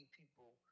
people